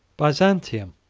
byzantium,